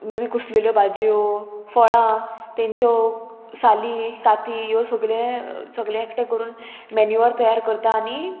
मे बी कुसलिल्यो भाजयो फळां तेंच्यो साली काती ह्यो सगले सगळे एकठां करून मेन्यूवर तयार करता आनी